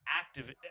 active